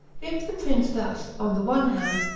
if the prince thus, on the one hand,